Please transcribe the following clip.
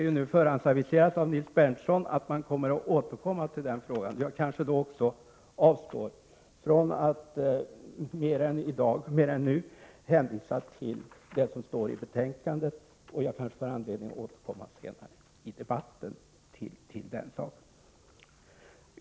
Jag avstår också från att nu göra mer än att hänvisa till det som står i betänkandet. Jag kanske får anledning att återkomma till den saken senare i debatten.